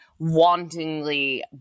wantingly